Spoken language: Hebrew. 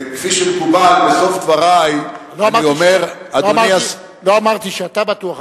כפי שמקובל, בסוף דברי, לא אמרתי שאתה בטוח.